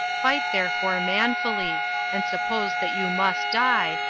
fight therefore manfully and suppose that you must die,